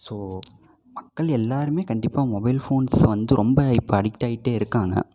so மக்கள் எல்லாருமே கண்டிப்பாக மொபைல் ஃபோன்ஸில் வந்து ரொம்ப இப்போ அடிக்ட் ஆயிட்டே இருக்காங்க